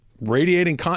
radiating